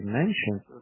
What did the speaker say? mentioned